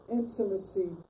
intimacy